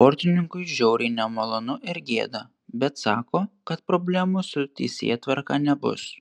sportininkui žiauriai nemalonu ir gėda bet sako kad problemų su teisėtvarka nebus